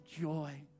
joy